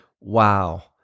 Wow